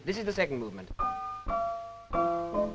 this is the second movement